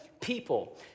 people